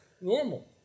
normal